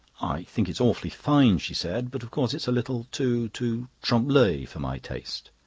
i think it's awfully fine, she said. but of course it's a little too. too. trompe-l'oeil for my taste.